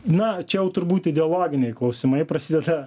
na čia jau turbūt ideologiniai klausimai prasideda